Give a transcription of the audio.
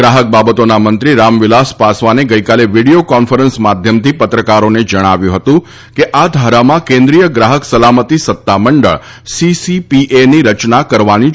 ગ્રાહક બાબતોના મંત્રી રામવિલાસ પાસવાને ગઈકાલે વીડિયો કોન્ફરન્સ માધ્યમથી પત્રકારોને જણાવ્યું હતું કે આ ધારામાં કેન્રિડિય ગ્રાહક સલામતી સત્તામંડળ સીસીપીએની રચના કરવાની જોગવાઈ છે